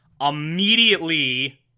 Immediately